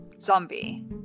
Zombie